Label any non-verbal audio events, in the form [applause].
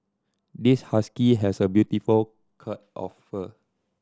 this husky has a beautiful [unintelligible] of fur